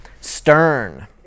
stern